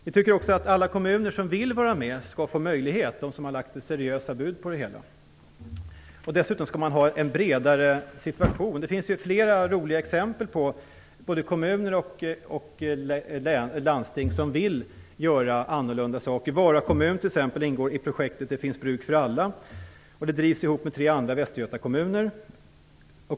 Vi anser också att alla kommuner som vill vara med skall få möjlighet till det, om de har lagt seriösa bud på det hela. Dessutom skall man ha en bredare situation. Det finns ju flera roliga exempel på kommuner och landsting som vill göra annorlunda saker. Vara kommun ingår t.ex. i projektet Det finns bruk för alla. Det drivs tillsammans med tre andra västgötakommuner.